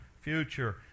future